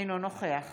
אינו נוכח